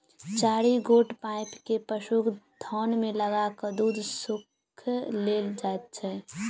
चारि गोट पाइप के पशुक थन मे लगा क दूध सोइख लेल जाइत छै